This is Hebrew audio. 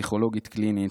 פסיכולוגית קלינית,